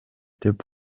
деп